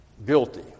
guilty